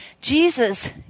Jesus